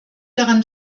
daran